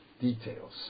details